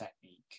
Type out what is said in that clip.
technique